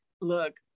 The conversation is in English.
look